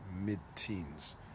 mid-teens